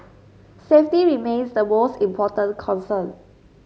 safety remains the most important concern